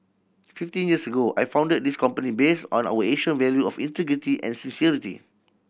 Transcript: fifteen years ago I founded this company based on our Asian value of integrity and sincerity